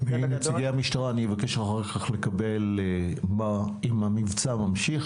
מנציגי המשטרה אני אבקש אחר כך לקבל אם המבצע נמשך,